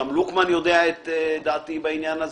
גם לוקמן יודע את עמדתי בעניין.